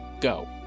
go